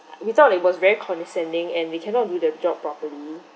we thought it was very condescending and they cannot do the job properly